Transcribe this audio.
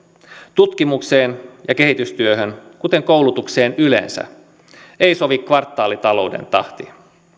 tutkimukseen ja kehitystyöhön kuten koulutukseen yleensä ei sovi kvartaalitalouden tahti